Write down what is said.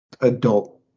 Adult